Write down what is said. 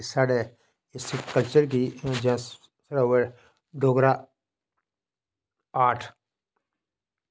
साढ़े इस कल्चर गी जां साढ़ा ओह् ऐ डोगरा आर्ट